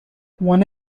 one